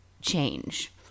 change